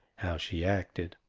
how she acted.